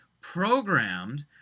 programmed